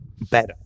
better